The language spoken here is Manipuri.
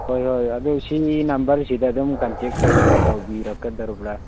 ꯍꯣꯏ ꯍꯣꯏ ꯑꯗꯨ ꯑꯁꯤ ꯅꯝꯕꯔꯁꯤꯗ ꯑꯗꯨꯝ ꯀꯟꯇꯦꯛ ꯇꯧꯕꯤꯔꯛꯀꯗꯧꯔꯤꯕ꯭ꯔꯥ